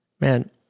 Man